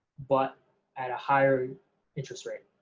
but at a higher interest rate.